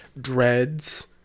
dreads